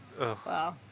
Wow